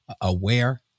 aware